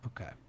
okay